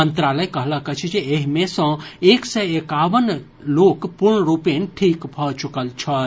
मंत्रालय कहलक अछि जे एहि मे सँ एक सय एकावन लोक पूर्ण रूपेण ठीक भऽ चुकल छथि